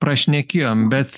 prašnekėjom bet